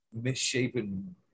misshapen